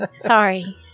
sorry